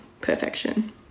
Perfection